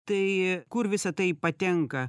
tai kur visa tai patenka